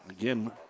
Again